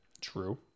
True